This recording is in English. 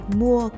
mua